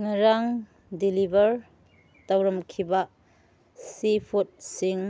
ꯉꯔꯥꯡ ꯗꯤꯂꯤꯚꯔ ꯇꯧꯔꯝꯈꯤꯕ ꯁꯤ ꯐꯨꯠꯁꯤꯡ